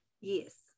yes